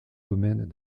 domaines